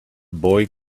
boy